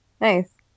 Nice